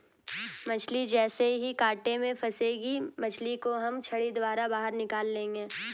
मछली जैसे ही कांटे में फंसेगी मछली को हम छड़ी द्वारा बाहर निकाल लेंगे